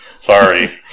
Sorry